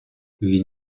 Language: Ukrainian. він